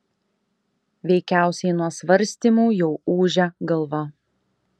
veikiausiai nuo svarstymų jau ūžia galva